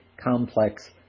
complex